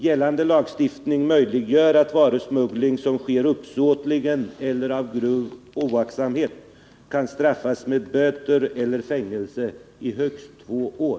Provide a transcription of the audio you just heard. Gällande lagstiftning möjliggör att varusmuggling som sker uppsåtligen eller av grov oaktsamhet kan straffas med böter eller fängelse i högst två år.